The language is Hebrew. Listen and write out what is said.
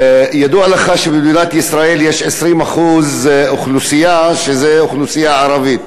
ידוע לך שבמדינת ישראל 20% מהאוכלוסייה זו אוכלוסייה ערבית.